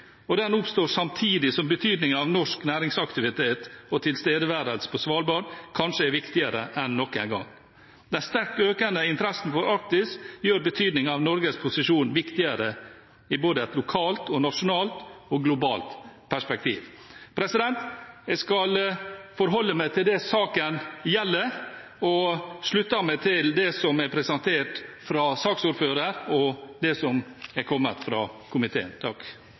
og den oppstår samtidig som betydningen av norsk næringsaktivitet og tilstedeværelse på Svalbard kanskje er viktigere enn noen gang. Den sterkt økende interessen for Arktis gjør betydningen av Norges posisjon viktigere i et lokalt, et nasjonalt og et globalt perspektiv. Jeg skal forholde meg til det saken gjelder, og slutter meg til det som er presentert fra saksordføreren, og det som er kommet fra komiteen.